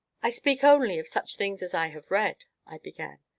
i speak only of such things as i have read i began.